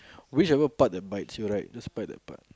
whichever part that bites you right just bite that part